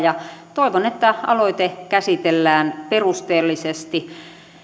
aikaan toivon että aloite käsitellään perusteellisesti